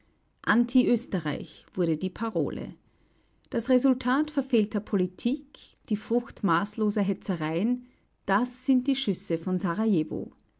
anti-österreich wurde die parole das resultat verfehlter politik die frucht maßloser hetzereien das sind die schüsse von serajewo